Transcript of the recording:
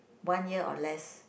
one year or less